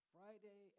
Friday